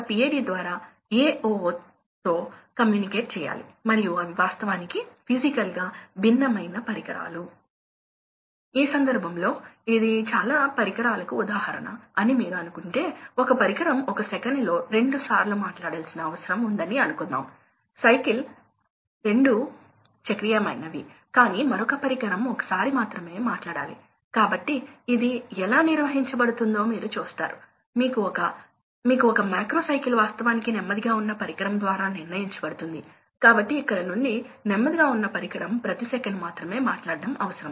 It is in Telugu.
కాబట్టి ఇది ఇప్పుడు గమ్మత్తైనదిగా ఉంటుంది కాబట్టి మళ్ళీ మీకు ఈ ప్రెజర్ ఉంది మరియు ఈ వైపు మీకు ప్రవాహం ఉంది మరియు ఈ వైపు మీకు వివిధ rpm ఉంది మీకు ఈ స్థిరమైన హార్స్పవర్ లైన్లు మరియు వివిధ వేగాలు కూడా ఉన్నాయి కాబట్టి ఈ స్థిరాంకం ఉన్నాయని మీరు చూస్తారు ఈ లైన్లు ఈ వివిధ వేగ రేఖలు మరియు మునుపటిలాగా ఈ చుక్కల రేఖలు స్థిరమైన పవర్ లైన్స్ కాబట్టి ఇది పాత కర్వ్ లాగానే ఉంది